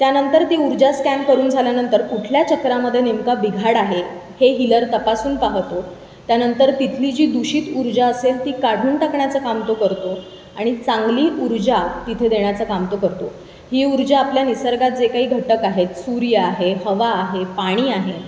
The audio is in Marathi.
त्यानंतर ती ऊर्जा स्कॅन करून झाल्यानंतर कुठल्या चक्रामध्ये नेमका बिघाड आहे हे हिलर तपासून पाहतो त्यानंतर तिथली जी दूषित ऊर्जा असेल ती काढून टाकण्याचं काम तो करतो आणि चांगली उर्जा तिथे देण्याचं काम तो करतो ही ऊर्जा आपल्या निसर्गात जे काही घटक आहेत सूर्य आहे हवा आहे पाणी आहे